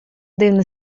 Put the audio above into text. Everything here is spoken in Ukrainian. дивна